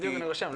אני רושם.